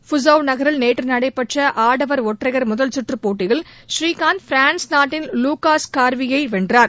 Fuzhou நகரில் நேற்று நடைபெற்ற ஆடவர் ஒற்றையர் முதல் சுற்றுப் போட்டியில் ஸ்ரீகாந்த் பிரான்ஸ் நாட்டின் லூகாஸ் கோர்வி யை வென்றார்